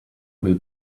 will